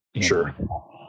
sure